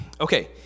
okay